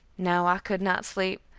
no, i could not sleep,